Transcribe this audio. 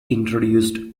introduced